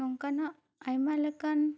ᱱᱚᱝᱠᱟᱱᱟᱜ ᱟᱭᱢᱟ ᱞᱮᱠᱟᱱ